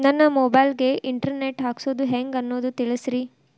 ನನ್ನ ಮೊಬೈಲ್ ಗೆ internet ಹಾಕ್ಸೋದು ಹೆಂಗ್ ಅನ್ನೋದು ತಿಳಸ್ರಿ